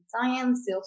Science